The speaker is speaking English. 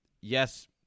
yes